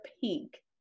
pink